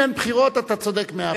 אה, אם אין בחירות אתה צודק מאה אחוז.